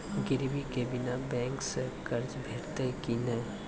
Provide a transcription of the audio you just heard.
गिरवी के बिना बैंक सऽ कर्ज भेटतै की नै?